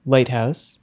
Lighthouse